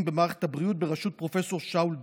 במערכת הבריאות" בראשות פרופ' שאול דולברג.